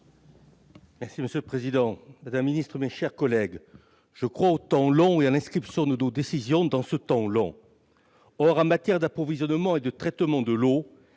Monsieur le président, madame la ministre, mes chers collègues, je crois au temps long et à l'inscription de nos décisions dans ce temps long. Or, en matière d'approvisionnement en eau et de traitement de cette